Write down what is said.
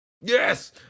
Yes